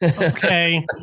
Okay